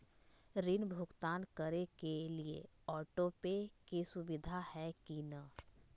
ऋण भुगतान करे के लिए ऑटोपे के सुविधा है की न?